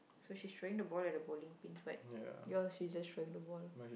so she's trying to ball at the bowling pin right ya she's trying to bowl